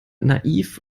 naiv